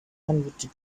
hundred